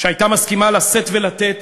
שהייתה מסכימה לשאת ולתת